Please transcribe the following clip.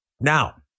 Now